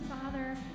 Father